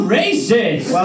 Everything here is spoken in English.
racist